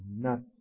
nuts